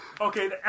Okay